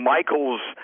Michael's